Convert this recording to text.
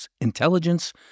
intelligence